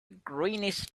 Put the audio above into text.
greenish